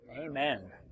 Amen